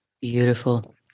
Beautiful